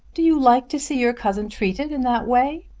do you like to see your cousin treated in that way?